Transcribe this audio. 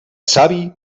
savi